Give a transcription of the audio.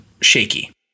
shaky